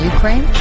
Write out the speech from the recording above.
Ukraine